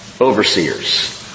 Overseers